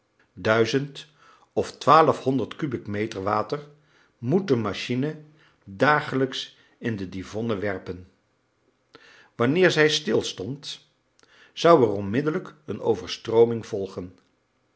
duizend of twaalfhonderd kubiek meter water moet de machine dagelijks in de divonne werpen wanneer zij stilstond zou er onmiddellijk een overstrooming volgen